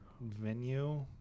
venue